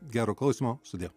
gero klausymo sudie